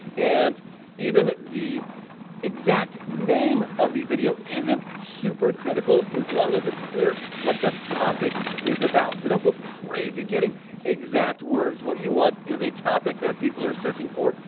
and even the exact name of the video isn't super critical as long as it's clear what the topic is about. so don't go crazy getting exact words what you want is a topic that people are searching for.